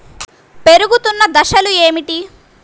పెరుగుతున్న దశలు ఏమిటి?